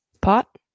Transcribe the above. pot